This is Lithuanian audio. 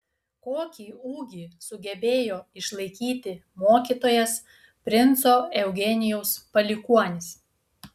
kokį ūgį sugebėjo išlaikyti mokytojas princo eugenijaus palikuonis